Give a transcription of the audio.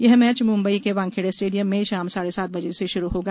यह मैच मुम्बई के वानखेड़े स्टेडियम में शाम साढ़े सात बजे से शुरू होगा